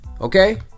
Okay